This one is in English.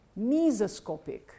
mesoscopic